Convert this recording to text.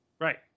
right